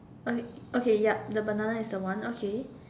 okay okay yup the banana is the one okay